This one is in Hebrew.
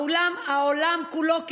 העולם כולו כאחד,